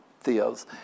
Theo's